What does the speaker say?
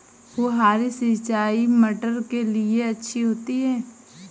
फुहारी सिंचाई मटर के लिए अच्छी होती है?